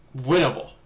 winnable